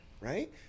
Right